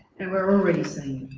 and we're already seeing